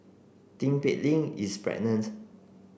Tin Pei Ling is pregnant